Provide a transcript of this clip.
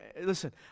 Listen